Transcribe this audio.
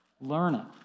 learning